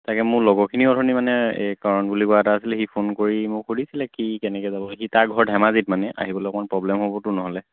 তাকে মোৰ লগৰখিনিও অথনি মানে এই কাৰণ বুলি কোৱা এটা আছিলে সি ফোন কৰি মোক সুধিছিলে কি কেনেকৈ যাব সি তাৰ ঘৰত ধেমাজিত মানে আহিবলৈ অকণ প্ৰব্লেম হ'বতো নহ'লে